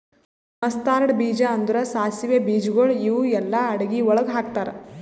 mustard ಬೀಜ ಅಂದುರ್ ಸಾಸಿವೆ ಬೀಜಗೊಳ್ ಇವು ಎಲ್ಲಾ ಅಡಗಿ ಒಳಗ್ ಹಾಕತಾರ್